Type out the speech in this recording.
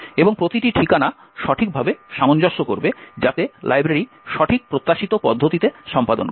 এবং প্রতিটি ঠিকানা সঠিকভাবে সামঞ্জস্য করবে যাতে লাইব্রেরি সঠিক প্রত্যাশিত পদ্ধতিতে সম্পাদন করে